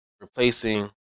replacing